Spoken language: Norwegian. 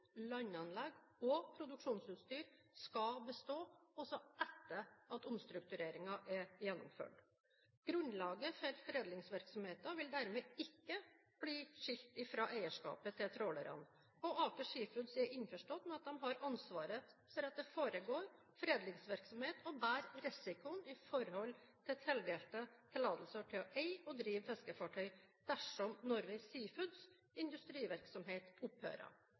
landanlegg og produksjonsutstyr skal bestå også etter at omstruktureringen er gjennomført. Grunnlaget for foredlingsvirksomheten vil dermed ikke bli skilt fra eierskapet til trålerne, og Aker Seafoods er innforstått med at de har ansvaret for at det foregår foredlingsvirksomhet og bærer risikoen i forhold til tildelte tillatelser til å eie og drive fiskefartøy dersom Norway Seafoods' industrivirksomhet opphører.